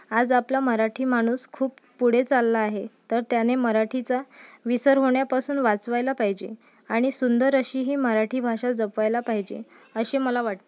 आज आपला मराठी माणूस खूप पुढे चालला आहे तर त्याने मराठीचा विसर होण्यापासून वाचवायला पाहिजे आणि सुंदर अशी ही मराठी भाषा जपायला पाहिजे असे मला वाटते